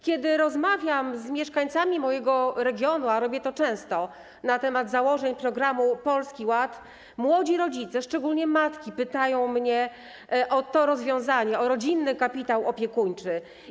Kiedy rozmawiam z mieszkańcami mojego regionu, a robię to często, na temat założeń programu Polski Ład, młodzi rodzice, szczególnie matki, pytają mnie o to rozwiązanie, o rodzinny kapitał opiekuńczy.